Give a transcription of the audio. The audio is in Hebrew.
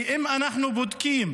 כי אם אנחנו בודקים